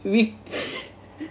we~